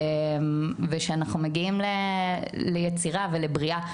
ושאנחנו מגיעים ליצירה ולבריאה,